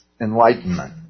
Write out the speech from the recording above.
enlightenment